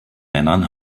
männern